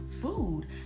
food